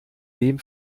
dem